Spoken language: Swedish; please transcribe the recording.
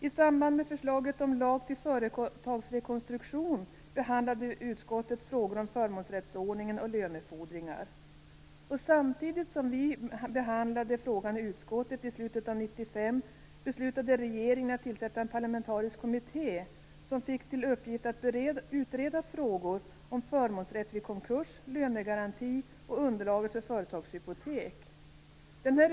I samband med förslaget till lag om företagsrekonstruktion behandlade vi i utskottet frågor om förmånsrättsordningen och lönefordringar. Samtidigt som vi behandlade frågan i utskottet i slutet av 1995 beslutade regeringen att tillsätta en parlamentarisk kommitté. Den fick till uppgift att utreda frågor om förmånsrätt vid konkurs, lönegaranti och underlaget för företagshypotek.